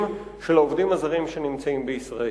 של העובדים הזרים שנמצאים בישראל.